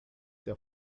der